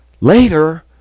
later